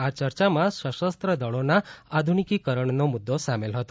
આ ચર્ચામાં સશસ્ત્ર દળોના આધુનિકીકરણનો મુદ્દો સામેલ હતો